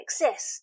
exist